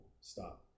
stop